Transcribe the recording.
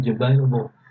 available